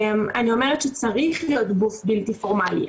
אני אומרת שצריך להיות מענה בלתי פורמלי.